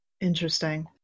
interesting